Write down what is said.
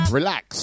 Relax